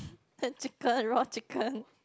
ham chicken raw chicken